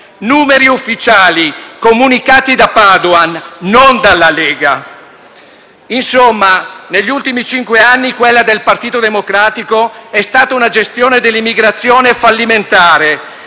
numeri ufficiali comunicati da Padoan, non dalla Lega. Insomma, negli ultimi cinque anni quella del Partito Democratico è stata una gestione dell'immigrazione fallimentare